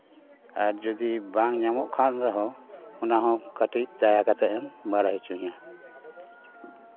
ᱟᱨ ᱡᱚᱫᱤ ᱵᱟᱝ ᱧᱟᱢᱚᱜ ᱠᱟᱱ ᱨᱮᱦᱚᱸ ᱚᱱᱟᱦᱚᱸ ᱠᱟᱹᱴᱤᱡ ᱫᱟᱭᱟ ᱠᱟᱛᱮᱫ ᱮᱢ ᱵᱟᱲᱟᱭ ᱚᱪᱚᱧᱟ